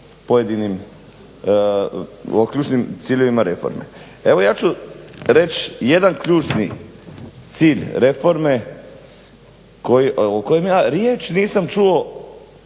pojedinim ključnim ciljevima reforme. Evo ja ću reći jedan ključni cilj reforme o kojem ja riječ nisam čuo